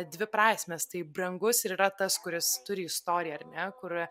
dvi prasmės tai brangus ir yra tas kuris turi istoriją ar ne kur